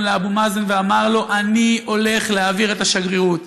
לאבו מאזן ואמר לו: אני הולך להעביר את השגרירות.